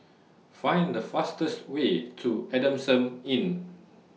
Find The fastest Way to Adamson Inn